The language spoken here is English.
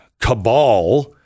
cabal